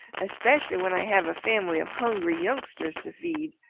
especially when i have a family of hungry youngsters to feed.